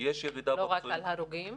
לא רק על הרוגים?